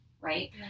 right